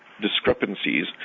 discrepancies